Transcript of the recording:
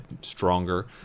stronger